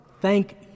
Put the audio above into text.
Thank